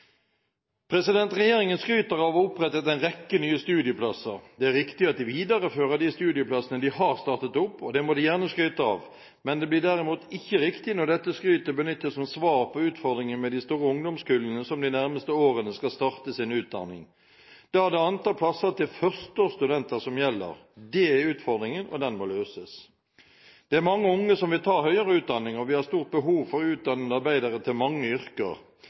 Regjeringen skryter av å ha opprettet en rekke nye studieplasser. Det er riktig at de viderefører de studieplassene de har startet opp, og det må de gjerne skryte av. Det blir derimot ikke riktig når dette skrytet benyttes som svar på utfordringen med de store ungdomskullene som de nærmeste årene skal starte sin utdanning. Da er det antall plasser til førsteårsstudenter som gjelder. Det er utfordringen, og den må løses. Det er mange unge som vil ta høyere utdanning, og vi har stort behov for utdannede arbeidere til mange yrker.